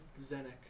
Zenek